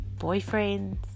boyfriends